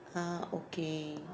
ah okay